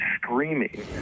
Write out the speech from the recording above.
screaming